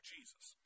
Jesus